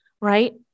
right